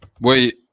Wait